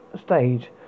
stage